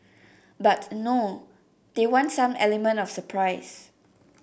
but no they want some element of surprise